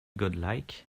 godlike